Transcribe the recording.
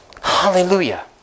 Hallelujah